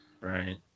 Right